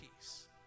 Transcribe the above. peace